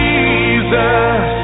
Jesus